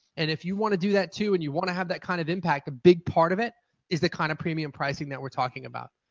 and if you want to do that too and you want to have that kind of impact, a big part of it is the kind of premium pricing that we're talking about.